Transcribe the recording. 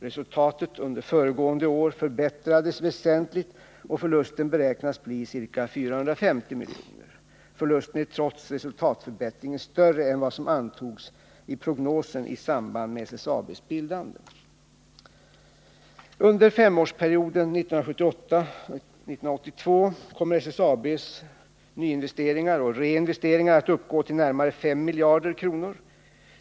Resultatet under föregående år förbättrades väsentligt och förlusten beräknas bli ca 450 milj.kr. Förlusten är trots resultatförbättringen större än vad som antogs i prognosen i samband med SSAB:s bildande. Under femårsperioden 1978-1982 kommer SSAB:s nyinvesteringar och reinvesteringar att uppgå till närmare fem miljarder kronor.